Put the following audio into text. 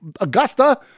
Augusta